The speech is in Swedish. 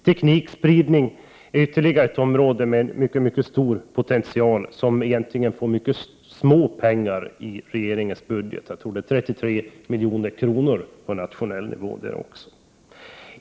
Teknikspridning är ytterligare ett område med en mycket stor potential som får relativt små anslag i regeringens budgetförslag — jag tror att det är 33 miljoner för hela landet.